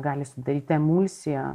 gali sudaryti emulsiją